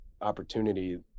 opportunity